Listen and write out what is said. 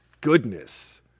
goodness